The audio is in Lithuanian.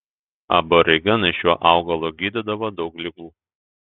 aborigenai šiuo augalu gydydavo daug ligų